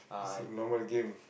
this a normal game